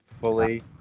fully